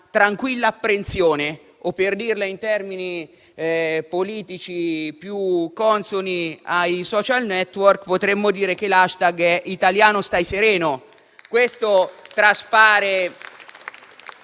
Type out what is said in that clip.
tranquilla apprensione o, per dirla in termini politici più consoni ai *social network*, potremmo dire che l'*hashtag* è: «italiano stai sereno».